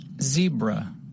zebra